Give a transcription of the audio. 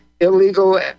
illegal